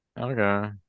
Okay